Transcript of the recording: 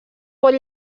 pot